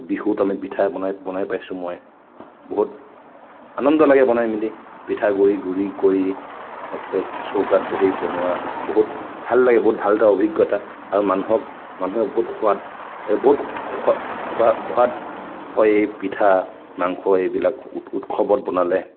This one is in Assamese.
বিহুত আমি পিঠা বনাই পাইছোঁ মই বহুত আনন্দ লাগে বনাই মেলি পিঠাগুড়ি গুড়ি কৰি চৌকাত বহি বনোৱা বহুত ভাল লাগে বহুত ভাল এটা অভিজ্ঞতা আৰু মানুহক বহুত সোৱাদ মানুহক সোৱাদ হয় এই পিঠা মাংস এইবিলাক উৎ উৎসৱত বনালে